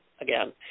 again